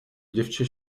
děvče